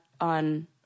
on